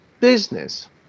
business